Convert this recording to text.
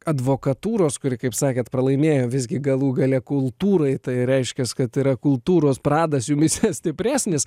advokatūros kuri kaip sakėt pralaimėjo visgi galų gale kultūrai tai reiškias kad yra kultūros pradas jumyse stipresnis